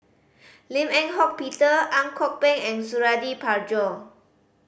Lim Eng Hock Peter Ang Kok Peng and Suradi Parjo